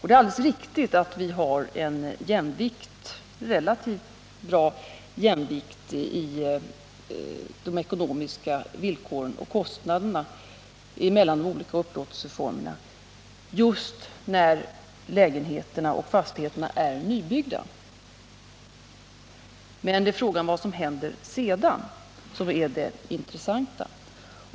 Det är alldeles riktigt att vi har en relativt god jämvikt mellan de olika upplåtelseformerna när det gäller de ekonomiska villkoren och kostnaderna, just när lägenheterna och fastigheterna är nybyggda. Men det är frågan om vad som händer sedan som är det intressanta.